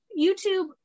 YouTube